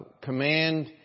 command